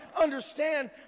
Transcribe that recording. understand